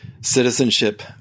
citizenship